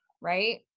right